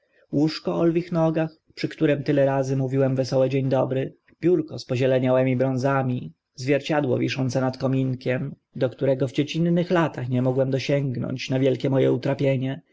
łóżko o lwich nogach przy którym tyle razy mówiłem wesołe dzień dobry biurko z pozieleniałymi brązami zwierciadło wiszące nad kominkiem do którego w dziecinnych latach nie mogłem dosięgnąć na wielkie mo e utrapienie